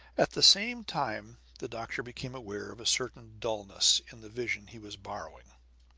at the same time the doctor became aware of a certain dullness in the vision he was borrowing.